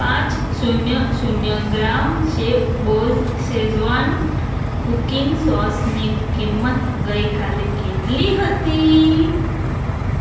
પાંચ શૂન્ય શૂન્ય ગ્રામ શેફબોઝ શેઝવાન કૂકિંગ સોસની કિંમત ગઈ કાલે કેટલી હતી